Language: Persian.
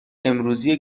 امروزی